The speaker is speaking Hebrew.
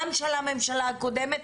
גם של הממשלה הקודמת,